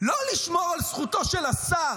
לא לשמור על זכותו של השר.